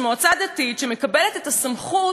מועצה דתית, שמקבלת את הסמכות